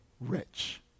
rich